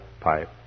pipe